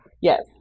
Yes